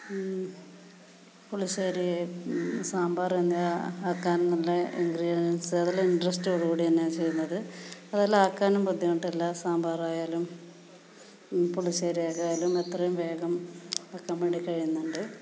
പുളിശ്ശേരി സാമ്പാർ എന്നിവ ആക്കാനുള്ള ഇൻഗ്രീഡിയൻസ് അതെല്ലാം ഇൻട്രെസ്റ്റോടു കൂടി തന്നെയാണ് ചെയ്യുന്നത് അതെല്ലാം ആക്കാനും ബുദ്ധിമുട്ടില്ല സാമ്പാറായാലും പുളിശ്ശേരിയായാലും അതിന് എത്രയും വേഗം ആക്കാൻ വേണ്ടി കഴിയുന്നുണ്ട്